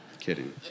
Kidding